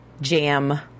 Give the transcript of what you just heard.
jam